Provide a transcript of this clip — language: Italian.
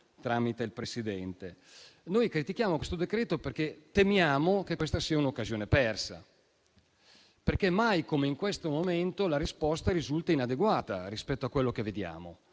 tramite il Presidente. Critichiamo questo decreto perché temiamo che questa sia un'occasione persa, perché mai come in questo momento la risposta è risultata inadeguata rispetto a quello che si